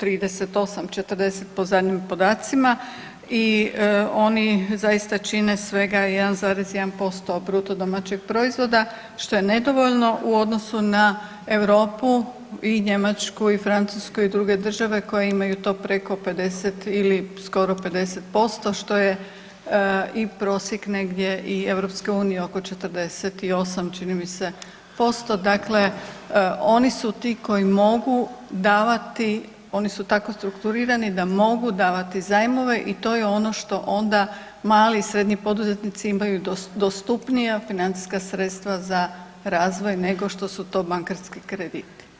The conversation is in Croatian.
38, 40 po zadnjim podacima i oni zaista čine svega 1,1% BDP-a što je nedovoljno u odnosu na Europu i Njemačku i Francusku i druge države koje imaju to preko 50 ili skoro 50% što je i prosjek negdje i EU oko 40 čini mi se posto, dakle oni su ti koji mogu davati, oni su tako strukturirani da mogu davati zajmove i to je ono što onda mali i srednji poduzetnici imaju dostupnija financijska sredstva za razvoj nego što su to bankarski krediti.